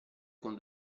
con